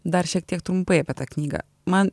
dar šiek tiek trumpai apie tą knygą man